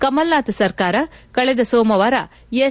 ಕಮಲ್ನಾಥ್ ಸರ್ಕಾರ ಕಳೆದ ಸೋಮವಾರ ಎಸ್